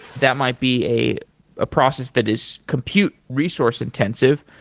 that might be a ah process that is compute resource intensive.